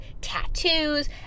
tattoos